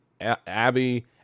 Abby